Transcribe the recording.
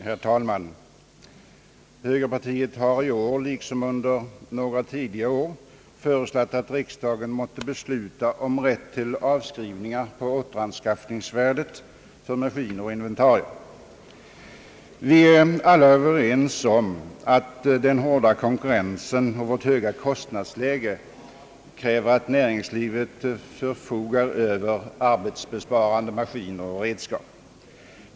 Herr talman! Högerpartiet har nu liksom under tidigare år föreslagit, att riksdagen måtte besluta om rätt till avskrivningar på återanskaffningsvärdet för maskiner och inventarier. Vi är alla överens om att den hårda konkurrensen och vårt höga kostnadsläge kräver att näringslivet förfogar över arbetsbesparande maskiner och redskap.